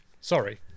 sorry